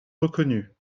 reconnues